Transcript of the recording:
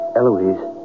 Eloise